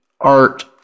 art